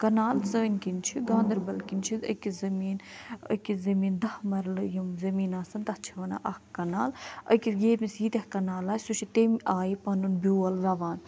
کنال سٲنۍ کِنۍ چھِ گاندربل کِنۍ چھِ أکِس زٔمیٖن أکِس ٔزمیٖن دہ مرلہٕ یُم زٔمیٖن آسن تتھ چھِ وَنان اَکھ کنال أکِس ییٚمِس ییٖتیاہ کنال آسہِ سُہ چھُ تَمہِ آیہِ پَنُن بیول ووان